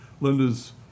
Linda's